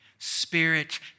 Spirit